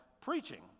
preaching